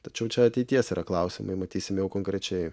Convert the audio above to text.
tačiau čia ateities yra klausimai matysim jau konkrečiai